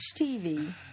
TV